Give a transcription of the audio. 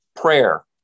prayer